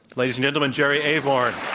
ladies and gentlemen, jerry avorn.